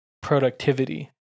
productivity